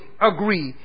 agree